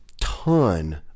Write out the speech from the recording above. ton